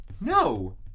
No